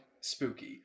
spooky